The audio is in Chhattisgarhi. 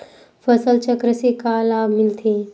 फसल चक्र से का लाभ मिलथे?